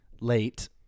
late